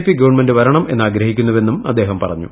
P government വരണം എന്ന് ആഗ്രഹിക്കുന്നുവെന്നും അദ്ദേഹം പറഞ്ഞു